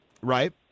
Right